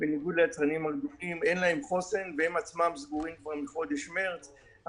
שבניגוד ליצרנים הגדולים אין להם חוסן והם עצמם סגורים כבר מחודש מרץ,